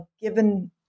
given